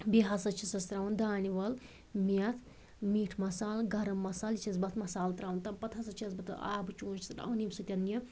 بیٚیہِ ہسا چھِسَس تراوان دانہِ وَل مٮ۪تھ میٖٹ مصالہٕ گرم مصالہٕ یہِ چھَس بہٕ اَتھ مصالہٕ تراوان تَمہِ پتہٕ ہسا چھِس بہٕ اَتہٕ آبہٕ چونچہٕ تراوان ییٚمہِ سۭتۍ یہِ